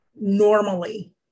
normally